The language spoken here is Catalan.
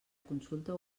consulta